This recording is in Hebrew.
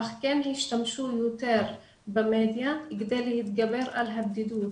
אך כן השתמשו יותר במדיה כדי להתגבר על הבדידות.